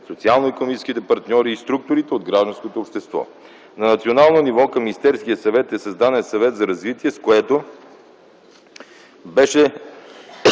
социално-икономическите партньори и структурите от гражданското общество. На национално ниво, към Министерския съвет, е създаден Съвет за развитие, с което беше